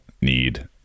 need